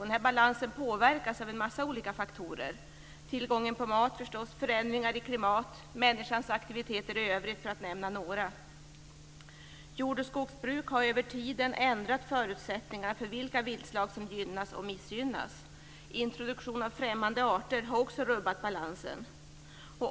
Den här balansen påverkas av en massa olika faktorer, tillgången på mat, förändringar i klimat och människans aktiviteter i övrigt för att nämna några. Jordoch skogsbruk har över tiden ändrat förutsättningarna för vilka viltslag som gynnas och missgynnas. Introduktion av främmande arter har också rubbat balansen.